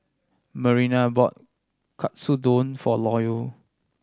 Marina bought Katsudon for Loyal